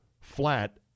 flat